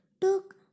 Took